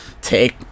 take